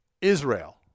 Israel